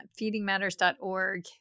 feedingmatters.org